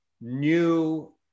new